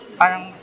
parang